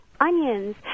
onions